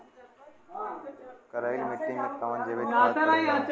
करइल मिट्टी में कवन जैविक खाद पड़ेला?